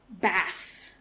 bath